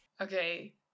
Okay